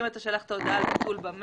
אם אתה שלחת הודעה במייל,